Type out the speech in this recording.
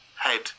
head